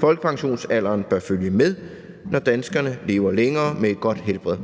Folkepensionsalderen bør følge med, når danskerne lever længere med et godt helbred.